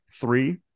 three